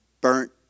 burnt